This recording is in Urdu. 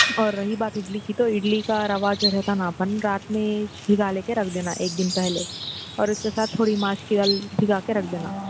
اور رہی بات اڈلی کی تو اڈلی کا روا جو ہے نا آپن رات میںچ بھگا لے کے رکھ دینا ایک دن پہلے اور اس کے ساتھ تھوڑی ماسک کی دال بھگا کے رکھ دینا